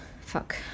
Fuck